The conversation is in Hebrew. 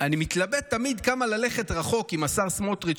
אני מתלבט תמיד כמה ללכת רחוק עם השר סמוטריץ',